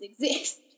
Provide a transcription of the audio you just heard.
exist